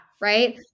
Right